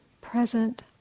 present